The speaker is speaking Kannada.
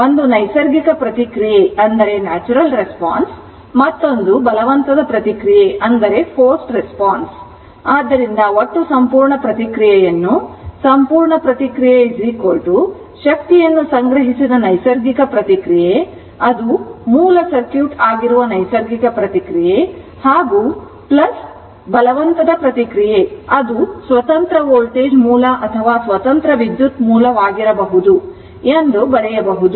ಒಂದು ನೈಸರ್ಗಿಕ ಪ್ರತಿಕ್ರಿಯೆ ಮತ್ತು ಇನ್ನೊಂದು ಬಲವಂತದ ಪ್ರತಿಕ್ರಿಯೆ ಆದ್ದರಿಂದ ಒಟ್ಟು ಸಂಪೂರ್ಣ ಪ್ರತಿಕ್ರಿಯೆಯನ್ನು ಸಂಪೂರ್ಣ ಪ್ರತಿಕ್ರಿಯೆ ಶಕ್ತಿಯನ್ನು ಸಂಗ್ರಹಿಸಿದ ನೈಸರ್ಗಿಕ ಪ್ರತಿಕ್ರಿಯೆ ಅದು ಮೂಲ ಸರ್ಕ್ಯೂಟ್ ಆಗಿರುವ ನೈಸರ್ಗಿಕ ಪ್ರತಿಕ್ರಿಯೆ ಬಲವಂತದ ಪ್ರತಿಕ್ರಿಯೆ ಅದು ಸ್ವತಂತ್ರ ವೋಲ್ಟೇಜ್ ಮೂಲ ಅಥವಾ ಸ್ವತಂತ್ರ ವಿದ್ಯುತ್ ಮೂಲವಾಗಿರಬಹುದು ಎಂದು ಬರೆಯಬಹುದು